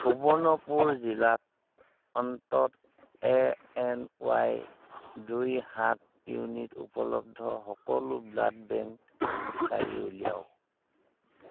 সুবৰ্ণপুৰ জিলাত অন্ততঃ এ এন ৱাইৰ দুই সাত ইউনিট উপলব্ধ সকলো ব্লাড বেংক বিচাৰি উলিয়াওক